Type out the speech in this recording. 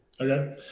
Okay